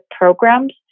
programs